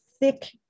thick